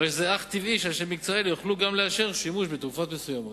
הרי אך טבעי שאנשים מקצועיים יוכלו גם לאשר שימוש בתרופות מסוימות.